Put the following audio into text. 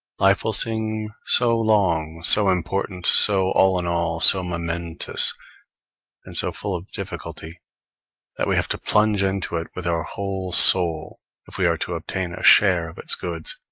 life will seem so long, so important, so all in all, so momentous and so full of difficulty that we have to plunge into it with our whole soul if we are to obtain a share of its goods,